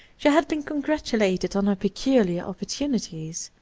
she had been congratulated on her peculiar opportunities.